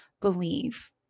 believe